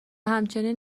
همچنین